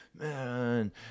Man